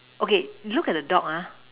okay look at the dog ah